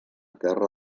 terra